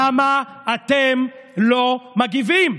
למה אתם לא מגיבים?